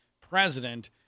president